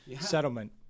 settlement